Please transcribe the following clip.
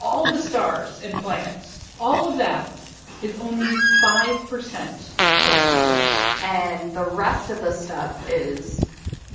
all the stars and planets all of that is only five percent of the universe and the rest of the stuff is